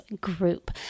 group